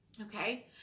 Okay